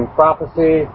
prophecy